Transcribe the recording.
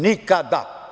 Nikada.